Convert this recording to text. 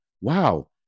wow